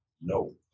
no